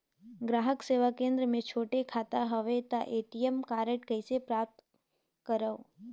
ग्राहक सेवा केंद्र मे छोटे खाता हवय त ए.टी.एम कारड कइसे प्राप्त करव?